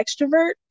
extrovert